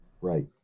right